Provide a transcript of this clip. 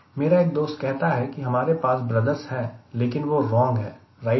मेरा एक दोस्त कहता है कि हमारे पास ब्रदर्स है लेकिन वह रॉन्ग है राइट नहीं